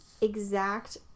exact